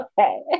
Okay